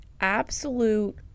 absolute